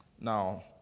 Now